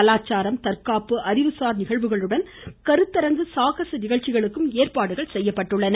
கலாச்சாரம் தற்காப்பு அறிவுசார் நிகழ்ச்சிகளுடன் கருத்தரங்கு சாகச நிகழ்ச்சிகளுக்கு ஏற்பாடுகள் செய்யப்பட்டுள்ளன